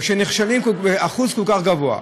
וכשנכשלים באחוז כל כך גבוה,